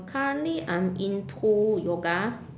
currently I'm into yoga